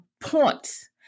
points